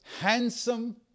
handsome